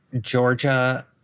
Georgia